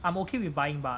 I'm okay with buying but